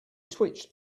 twitched